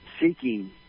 seeking